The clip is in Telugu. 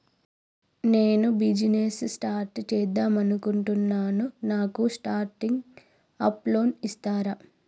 నేను బిజినెస్ స్టార్ట్ చేద్దామనుకుంటున్నాను నాకు స్టార్టింగ్ అప్ లోన్ ఇస్తారా?